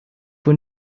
for